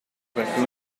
perché